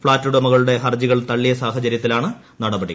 ഫ്ളാറ്റുടമകളുടെ ഹർജികൾ തള്ളിയ സാഹചര്യത്തിലാണ് നടപടികൾ